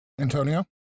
Antonio